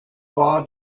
war